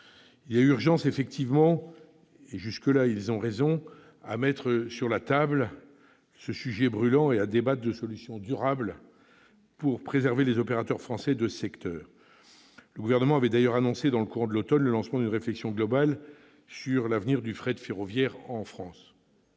et écologiste. Ils ont raison : il y a urgence à mettre sur la table ce sujet brûlant et à débattre de solutions durables pour préserver les opérateurs français de ce secteur. Le Gouvernement avait d'ailleurs annoncé, dans le courant de l'automne, le lancement d'une réflexion globale sur l'avenir du fret ferroviaire en France.